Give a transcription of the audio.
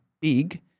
big